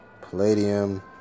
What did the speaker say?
palladium